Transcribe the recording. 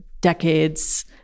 decades